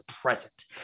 present